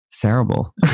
Terrible